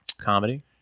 comedy